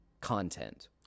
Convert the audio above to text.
content